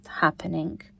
happening